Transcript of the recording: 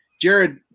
Jared